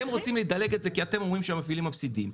אתם רוצים לדלג על זה כי אתם אומרים שהמפעילים מפסידים.